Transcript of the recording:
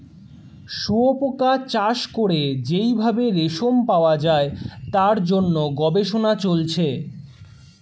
শুয়োপোকা চাষ করে যেই ভাবে রেশম পাওয়া যায় তার জন্য গবেষণা চলছে